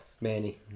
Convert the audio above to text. Manny